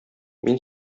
мин